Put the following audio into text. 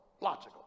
logical